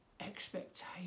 expectation